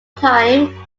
time